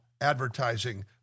advertising